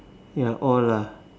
ya all lah